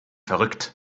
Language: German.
verrückt